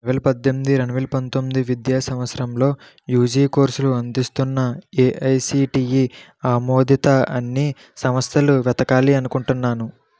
రెండువేల పద్దెనిమిది రెండువేల పంతొమ్మిది విద్యా సంవత్సరంలో యూజీ కోర్సులు అందిస్తున్న ఏఐసిటిఈ ఆమోదిత అన్ని సంస్థలు వెతకాలి అనుకుంటున్నాను